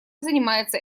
занимается